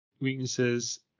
weaknesses